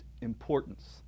importance